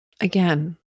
Again